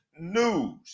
news